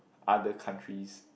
other countries